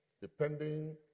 Depending